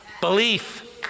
belief